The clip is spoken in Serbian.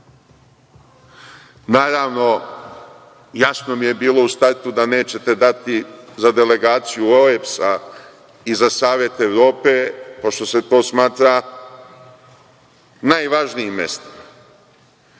jasno mi je bilo u startu da nećete dati za delegaciju OEBS-a i za Savet Evrope, pošto se to smatra najvažnijim mestom.